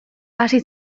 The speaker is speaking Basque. hasi